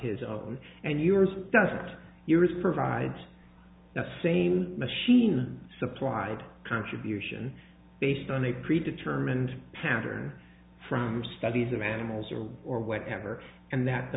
his own and yours doesn't your isp provides that same machine supplied contribution based on a pre determined pattern from studies of animals or or whatever and that the